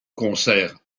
concert